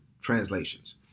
translations